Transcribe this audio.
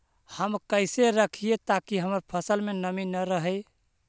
हम कैसे रखिये ताकी हमर फ़सल में नमी न रहै?